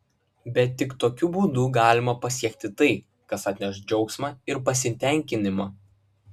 bet tik tokiu būdu galima pasiekti tai kas atneš džiaugsmą ir pasitenkinimą